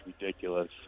ridiculous